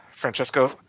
Francesco